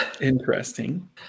interesting